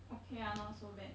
okay ah not so bad